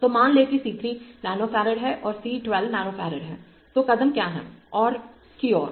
तो मान लें कि C 3 नैनोफ़ारड है और C 1 2 नैनोफ़ारड है तो कदम क्या है की ओर